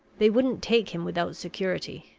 they wouldn't take him without security.